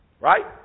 right